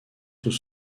sous